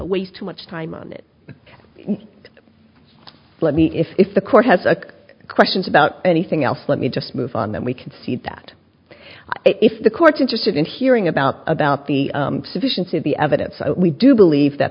waste too much time on it let me if if the court has a questions about anything else let me just move on then we can see that if the courts interested in hearing about about the sufficiency of the evidence we do believe that